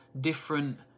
different